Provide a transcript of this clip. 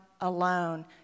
alone